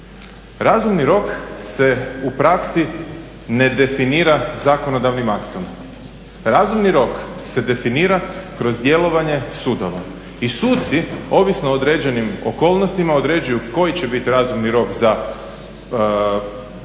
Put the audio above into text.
razumni rok se u praksi ne definira zakonodavnim aktom. Razumni rok se definira kroz djelovanje sudova i suci ovisno određenim okolnostima određuju koji će biti razumni rok za parnice